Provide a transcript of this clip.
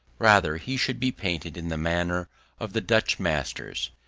rather he should be painted in the manner of the dutch masters,